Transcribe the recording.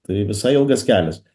tai visai ilgas kelias